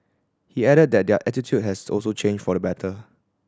he added that their attitude has also changed for the better